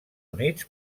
units